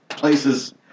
Places